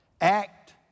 Act